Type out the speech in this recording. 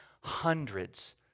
hundreds